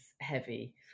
heavy